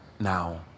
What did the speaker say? now